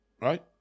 Right